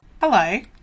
Hello